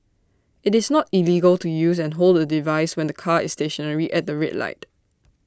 IT is not illegal to use and hold A device when the car is stationary at the red light